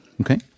Okay